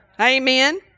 Amen